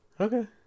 okay